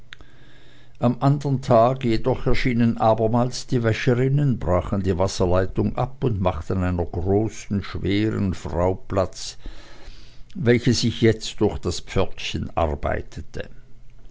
am andern tage jedoch erschienen abermals die wäscherinnen brachen die wasserleitung ab und machten einer großen schweren frau platz welche sich jetzt durch das pförtchen arbeitete